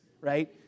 right